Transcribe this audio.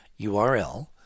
URL